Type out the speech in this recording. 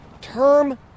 term